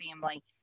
family